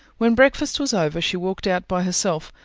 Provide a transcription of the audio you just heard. when breakfast was over she walked out by herself,